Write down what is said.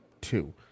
two